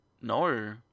no